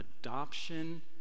adoption